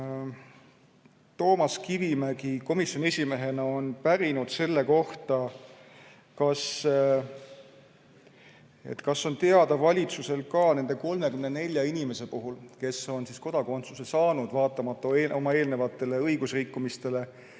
Toomas Kivimägi komisjoni esimehena on pärinud selle kohta, kas on teada valitsusel ka nende 34 inimese puhul, kes on kodakondsuse saanud vaatamata oma eelnevatele õigusrikkumistele,